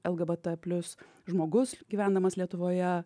lgbt plius žmogus gyvendamas lietuvoje